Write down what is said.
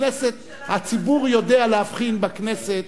הציבור יודע להבחין בכנסת,